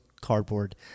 cardboard